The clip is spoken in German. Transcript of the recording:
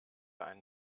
einen